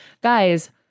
Guys